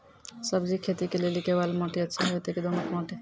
सब्जी खेती के लेली केवाल माटी अच्छा होते की दोमट माटी?